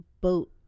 boat